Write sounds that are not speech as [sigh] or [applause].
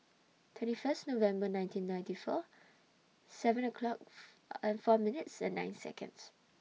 twenty First November nineteen ninety four seven o'clock [noise] and four minutes and nine Seconds